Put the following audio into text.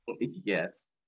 Yes